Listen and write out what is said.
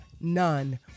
none